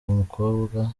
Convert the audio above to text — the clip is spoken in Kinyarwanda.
umukobwa